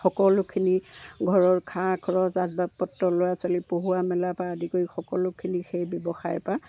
সকলোখিনি ঘৰৰ খাৰ খৰচ আচবাব পত্ৰ ল'ৰা ছোৱালী পঢ়ুৱা মেলা পা আদি কৰি সকলোখিনি সেই ব্যৱসায়ৰ পৰা